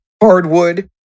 hardwood